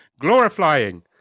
Glorifying